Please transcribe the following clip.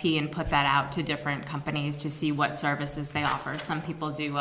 p and put that out to different companies to see what services they offer some people do